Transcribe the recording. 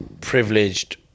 privileged